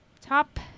top